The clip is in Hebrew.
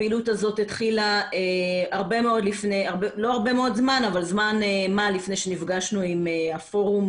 הפעילות הזאת התחילה זמן מה לפני שנפגשנו עם פורום